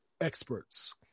experts